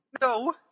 No